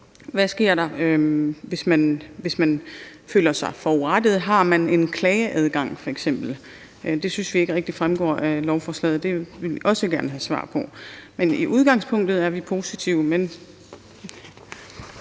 Hvad sker der, hvis man føler sig forurettet? Har man f.eks. en klageadgang? Det synes vi ikke rigtig fremgår af lovforslaget, og det vil vi også gerne have svar på. Men i udgangspunktet er vi positive.